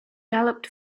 galloped